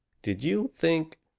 did you think?